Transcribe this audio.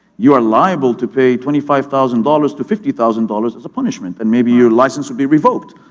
you are liable to pay twenty five thousand dollars to fifty thousand dollars as a punishment and maybe your license will be revoked.